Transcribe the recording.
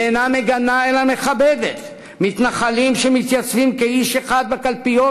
היא אינה מגנה אלא מכבדת מתנחלים שמתייצבים כאיש אחד בקלפיות,